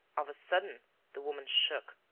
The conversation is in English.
of a sudden the woman shook,